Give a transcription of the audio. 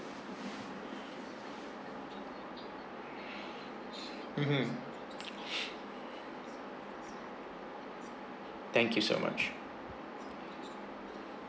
mmhmm thank you so much